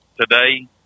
today